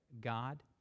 God